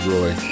Roy